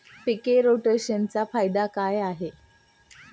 पीक रोटेशनचा फायदा काय आहे?